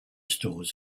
stores